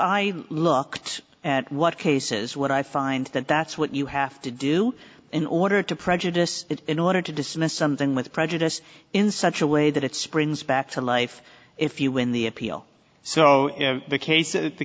i looked at what cases what i find that that's what you have to do in order to prejudice it in order to dismiss something with prejudice in such a way that it springs back to life if you win the appeal so the